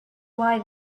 why